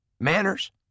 Manners